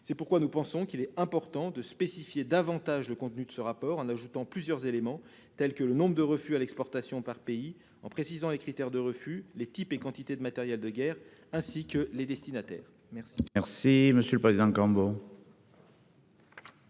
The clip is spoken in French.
C'est pourquoi nous pensons qu'il est important de préciser davantage le contenu de ce rapport, auquel il faudrait ajouter plusieurs éléments, tels que le nombre de refus à l'exportation par pays, tout en précisant les critères de refus, les types et les quantités de matériel de guerre, ainsi que les destinataires. Quel